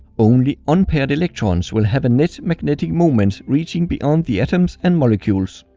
only unpaired electrons will have a net magnetic moment reaching beyond the atoms and molecules.